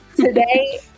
Today